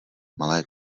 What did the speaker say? malé